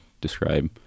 describe